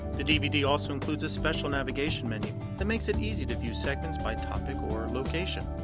the dvd also includes a special navigation menu that makes it easy to view segments by topic or location.